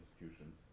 institutions